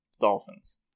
Dolphins